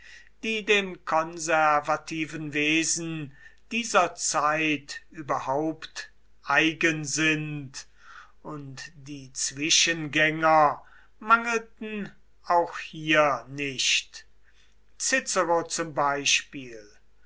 die dem konservativen wesen dieser zeit überhaupt eigen sind und die zwischengänger mangelten auch hier nicht cicero zum beispiel